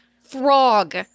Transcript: frog